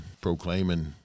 proclaiming